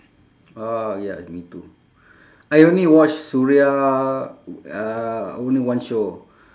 orh ya me too I only watch suria uh only one show